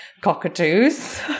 cockatoos